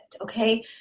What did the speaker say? okay